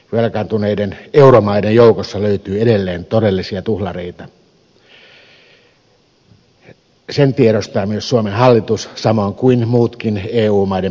velkaantuneiden euromaiden joukosta löytyy edelleen todellisia tuhlareita sen tiedostaa myös suomen hallitus samoin kuin muutkin eu maiden päättäjät